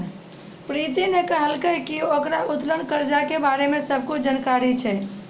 प्रीति ने कहलकै की ओकरा उत्तोलन कर्जा के बारे मे सब जानकारी छै